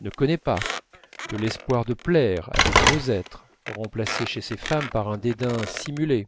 ne connaît pas de l'espoir de plaire à de nouveaux êtres remplacés chez ces femmes par un dédain simulé